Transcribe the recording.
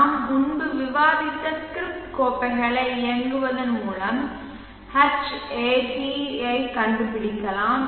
நாம் முன்பு விவாதித்த ஸ்கிரிப்ட் கோப்புகளை இயக்குவதன் மூலம் Hat யைக் கண்டுபிடிக்கலாம்